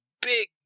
big